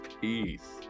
peace